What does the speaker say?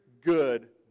good